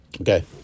okay